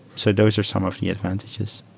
so those are some of the advantages.